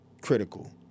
critical